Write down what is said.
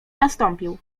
nastąpił